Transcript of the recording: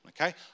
okay